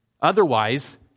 Otherwise